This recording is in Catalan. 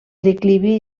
declivi